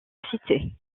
cité